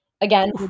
Again